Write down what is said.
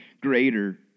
greater